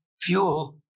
fuel